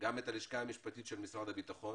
גם את הלשכה המשפטית של משרד הביטחון,